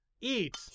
eat